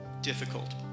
difficult